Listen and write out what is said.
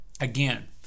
Again